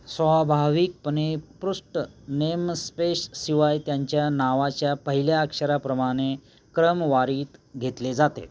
स्वाभाविकपणे पृष्ठ नेमस्पेशशिवाय त्यांच्या नावाच्या पहिल्या अक्षराप्रमाणे क्रमवारीत घेतले जाते